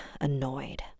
annoyed